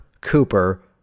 Cooper